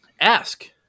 ask